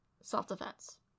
self-defense